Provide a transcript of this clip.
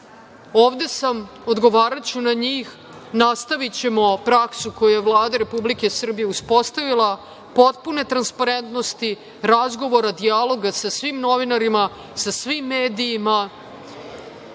ovde sam, odgovaraću na njih, nastavićemo praksu koju je Vlada Republike Srbije uspostavila, potpune transparentnosti, razgovora, dijaloga, sa svim novinarima, sa svim medijima,